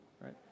right